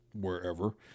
wherever